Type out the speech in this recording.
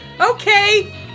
Okay